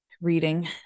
Reading